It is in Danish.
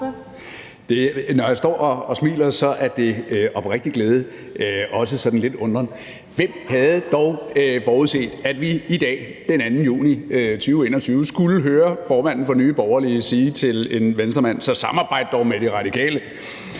Når jeg står og smiler, er det af oprigtig glæde – og også sådan lidt undrende. Hvem havde dog forudset, at vi i dag, den 2. juni 2021, skulle høre formanden for Nye Borgerlige sige til en Venstremand: Så samarbejd dog med De Radikale!